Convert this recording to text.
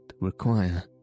require